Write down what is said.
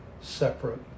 separate